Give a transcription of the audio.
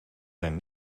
zijn